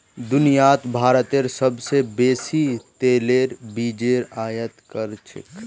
दुनियात भारतत सोबसे बेसी तेलेर बीजेर आयत कर छेक